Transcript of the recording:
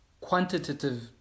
quantitative